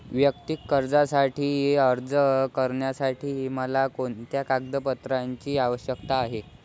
वैयक्तिक कर्जासाठी अर्ज करण्यासाठी मला कोणत्या कागदपत्रांची आवश्यकता आहे?